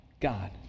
God